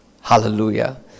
hallelujah